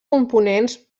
components